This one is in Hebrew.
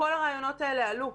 כל הרעיונות האלה עלו,